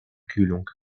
kühlung